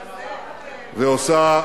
שעוזב,